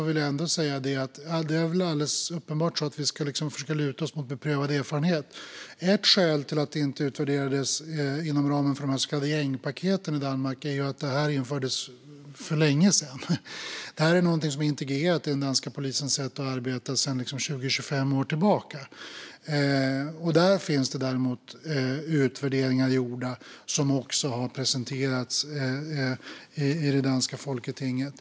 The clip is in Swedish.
Vi ska självfallet luta oss mot beprövad erfarenhet. Ett skäl till att detta inte utvärderades inom ramen för de så kallade gängpaketen i Danmark är att detta infördes för länge sedan. Det är integrerat i den danska polisens sätt att arbeta sedan 20-25 år tillbaka, och här finns utvärderingar gjorda som också har presenterats i det danska folketinget.